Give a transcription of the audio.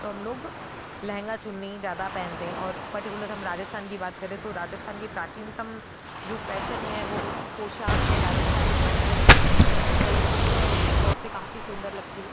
तो हम लोग लहंगा चुन्नी ज्यादा पहनते हैं और पर्टिकुलर हम राजस्थान की बात करें तो राजस्थान की प्राचीनतम जो फैशन है वो पोषक है राजस्थानी ड्रेस है जिसमें ओलमोस्ट औरतें काफ़ी सुंदर लगती हैं